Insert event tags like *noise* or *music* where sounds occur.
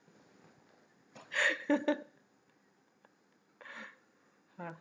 *laughs* ha